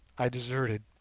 i deserted.